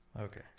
Okay